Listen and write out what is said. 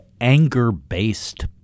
anger-based